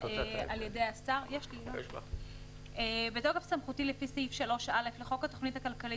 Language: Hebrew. התש"ף-2020 "בתוקף סמכותי לפי סעיף 3(א) לחוק התוכנית הכלכלית